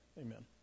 amen